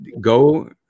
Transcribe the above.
go